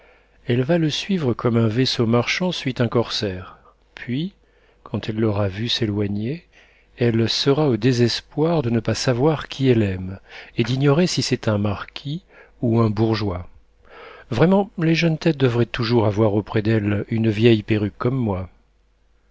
elle va le suivre comme un vaisseau marchand suit un corsaire puis quand elle l'aura vu s'éloigner elle sera au désespoir de ne pas savoir qui elle aime et d'ignorer si c'est un marquis ou un bourgeois vraiment les jeunes têtes devraient toujours avoir auprès d'elles une vieille perruque comme moi